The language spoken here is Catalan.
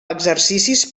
exercicis